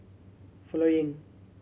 following